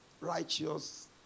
righteous